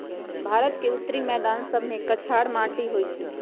भारत के उत्तरी मैदान सभमें कछार माटि होइ छइ